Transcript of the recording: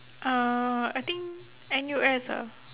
uh I think N_U_S ah